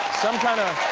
some kind of